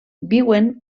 viuen